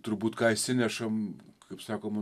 turbūt ką išsinešam kaip sakoma